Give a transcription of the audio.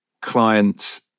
client's